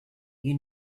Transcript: you